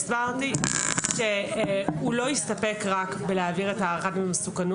הסברתי שהוא לא יסתפק רק בלהעביר את הערכת המסוכנות.